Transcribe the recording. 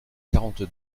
quarante